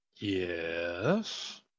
Yes